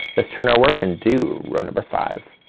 let's turn our work, and do row number five.